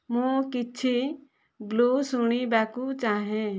ମୁଁ କିଛି ବ୍ଲୁ ଶୁଣିବାକୁ ଚାହେଁ